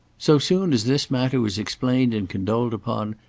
so soon as this matter was explained and condoled upon,